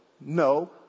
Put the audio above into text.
No